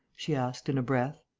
she asked, in a breath.